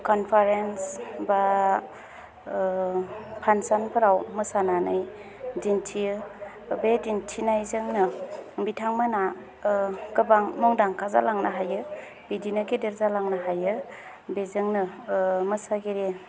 conference बा फांसनफोराव मोसानानै दिन्थियो बे दिन्थिनायजोंनो बिथांमोना गोबां मुंदांखा जालांनो हायो बिदिनो गेदेर जालांनो हायो बेजोंनो मोसागिरिफोरा